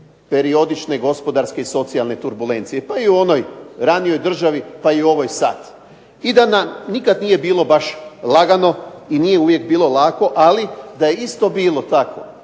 periodičke gospodarske i socijalne turbulencije pa i u onoj ranijoj državi pa i u ovoj sada. I da nam nikada nije bilo lagano i nije uvijek bilo lako. Ali da je isto bilo tako